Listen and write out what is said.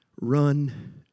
run